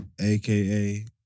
AKA